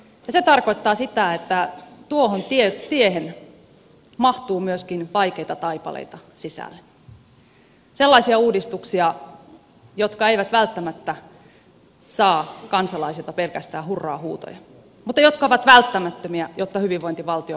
se tarkoittaa sitä että tuohon tiehen mahtuu myöskin vaikeita taipaleita sisälle sellaisia uudistuksia jotka eivät välttämättä saa kansalaisilta pelkästään hurraa huutoja mutta jotka ovat välttämättömiä jotta hyvinvointivaltio voidaan turvata